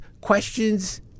questions